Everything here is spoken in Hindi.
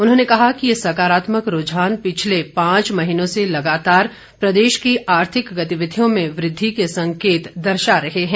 उन्होंने कहा कि ये सकारात्मक रूझान पिछले पांच महीनों से लगातार प्रदेश की आर्थिक गतिविधियों में वृद्धि के संकेत दर्शा रहे है